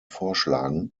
vorschlagen